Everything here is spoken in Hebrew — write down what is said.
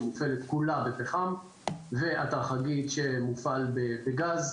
שמוצגת כולה בפחם זו התחזית שמופעל בגז.